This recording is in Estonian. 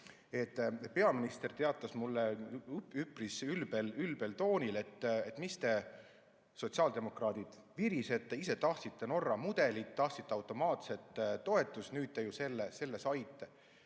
Peaminister teatas mulle üpris ülbel toonil, et mis te, sotsiaaldemokraadid, virisete, ise tahtsite Norra mudelit, tahtsite automaatset toetust, nüüd te ju selle saite.